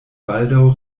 baldaŭ